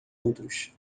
outros